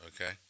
okay